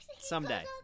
Someday